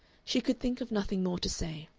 she could think of nothing more to say.